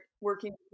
working